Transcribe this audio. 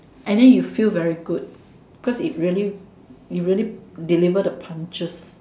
and than you fell very good because it really it really deliver the punches